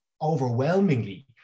overwhelmingly